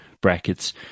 brackets